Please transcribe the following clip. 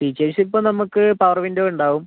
features ഇപ്പോൾ നമുക്ക് power window ഉണ്ടാവും